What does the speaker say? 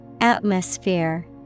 Atmosphere